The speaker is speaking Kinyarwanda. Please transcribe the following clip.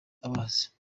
abazi